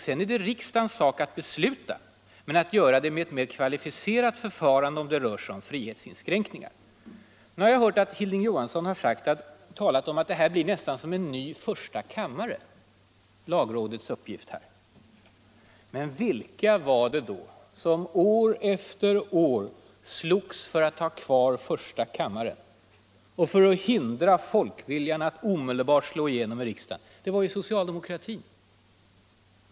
Sedan är det riksdagens sak att besluta, men att göra det med ett mer kvalificerat förfarande om det rör sig om frihetsinskränkningar. Jag har hört att Hilding Johansson talat om att lagrådet här nästan blir en ny första kammare. Men vilka var det då som år efter år slogs för att ha kvar första kammaren och för att förhindra folkviljan att omedelbart slå igenom i riksdagen? Det var socialdemokratin.